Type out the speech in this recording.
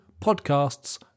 Podcasts